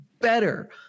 better